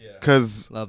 Cause